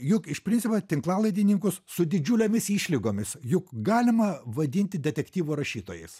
juk iš principo tinklalaidininkus su didžiulėmis išlygomis juk galima vadinti detektyvų rašytojas